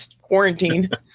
quarantined